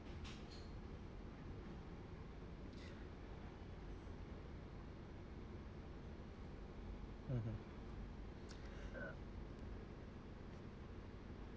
mmhmm